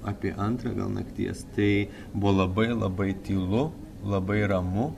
apie antrą gal nakties tai buvo labai labai tylu labai ramu